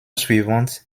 suivante